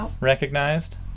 recognized